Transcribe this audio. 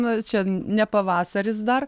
nu čia ne pavasaris dar